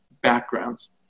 backgrounds